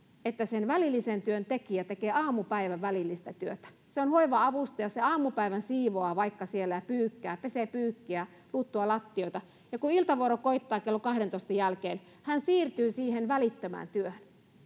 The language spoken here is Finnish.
että sen välillisen työn tekijä tekee aamupäivän välillistä työtä hän on hoiva avustaja ja hän aamupäivän vaikka siivoaa siellä ja pyykkää pesee pyykkiä luuttuaa lattioita ja kun iltavuoro koittaa kello kahdentoista jälkeen hän siirtyy siihen välittömään työhön